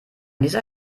dieser